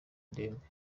ndembe